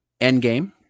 Endgame